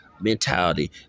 mentality